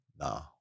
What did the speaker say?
No